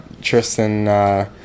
Tristan